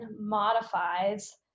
modifies